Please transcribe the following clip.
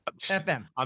FM